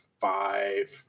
five